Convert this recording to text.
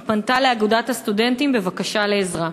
היא פנתה לאגודת הסטודנטים בבקשה לעזרה.